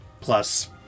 Plus